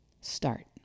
Start